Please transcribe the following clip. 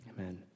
Amen